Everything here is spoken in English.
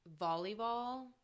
volleyball